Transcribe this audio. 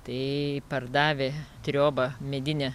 tai pardavę triobą medinę